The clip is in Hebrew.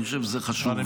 אני חושב שזה חשוב.